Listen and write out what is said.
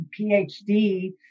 PhD